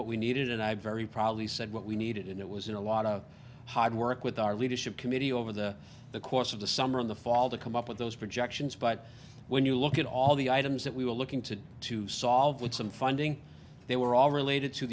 what we needed and i very probably said what we needed and it was in a lot of hard work with our leadership committee over the course of the summer in the fall to come up with those projections but when you look at all the items that we were looking to to solve with some funding they were all related to